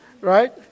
Right